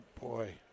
Boy